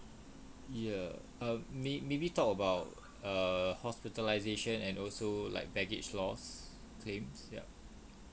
ya err may maybe talk about err hospitalisation and also like baggage loss claim yup